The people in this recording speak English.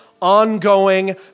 ongoing